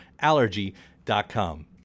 Allergy.com